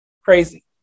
Crazy